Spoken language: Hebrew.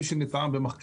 לחשמל,